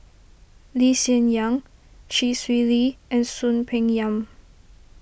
Lee Hsien Yang Chee Swee Lee and Soon Peng Yam